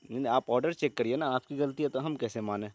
آپ order check کریے نا آپ کی غلطی ہے تو ہم کیسے مانیں